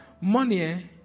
money